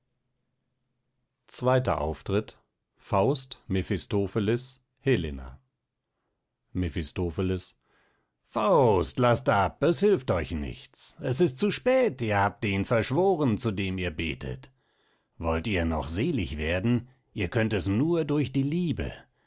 zweiter auftritt faust mephistopheles helena mephistopheles faust laßt ab es hilft euch nichts es ist zu spät ihr habt den verschworen zu dem ihr betet wollt ihr noch selig werden ihr könnt es nur durch die liebe